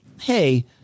Hey